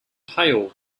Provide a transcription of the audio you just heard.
tail